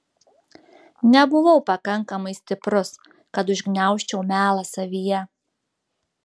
nebuvau pakankamai stiprus kad užgniaužčiau melą savyje